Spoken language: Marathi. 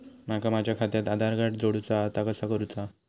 माका माझा खात्याक आधार कार्ड जोडूचा हा ता कसा करुचा हा?